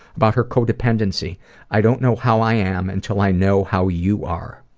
about her co-dependency i don't know how i am until i know how you are.